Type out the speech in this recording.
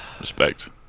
Respect